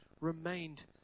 remained